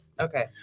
Okay